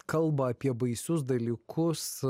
kalba apie baisius dalykus